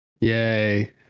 Yay